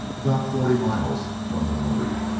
about forty miles from the murray,